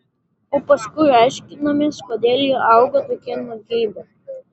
o paskui aiškinamės kodėl jie auga tokie nugeibę